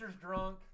drunk